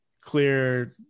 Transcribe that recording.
clear